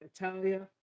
Natalia